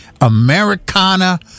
Americana